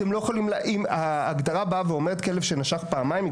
אם ההגדרה באה ואומרת כלב שנשך פעמיים,